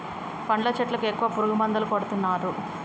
పండ్ల చెట్లకు ఎక్కువ పురుగు మందులు కొడుతాన్రు